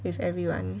with everyone